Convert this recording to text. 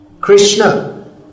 Krishna